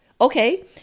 okay